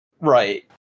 Right